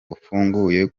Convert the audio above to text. ufunguye